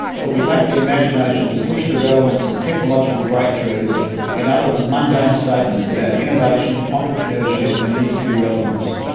but we lack the imagination to push the relevance of technological breakthroughs in other than mundane statements about innovation, entrepreneurship and industry relevance.